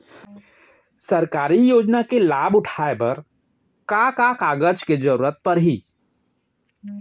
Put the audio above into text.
सरकारी योजना के लाभ उठाए बर का का कागज के जरूरत परही